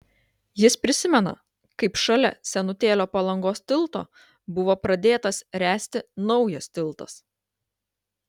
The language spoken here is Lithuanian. jis prisimena kaip šalia senutėlio palangos tilto buvo pradėtas ręsti naujas tiltas